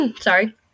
sorry